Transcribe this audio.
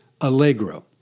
Allegro